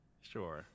sure